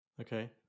Okay